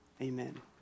Amen